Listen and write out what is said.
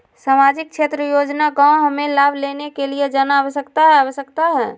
सामाजिक क्षेत्र योजना गांव हमें लाभ लेने के लिए जाना आवश्यकता है आवश्यकता है?